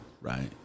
Right